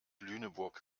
lüneburg